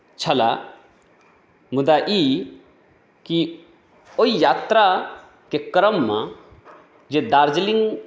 छलए मुदा ई कि ओहि यात्राके क्रममे जे दार्जिलिंग